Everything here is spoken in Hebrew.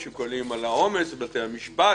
יש שיקולים על העומס בבתי המשפט,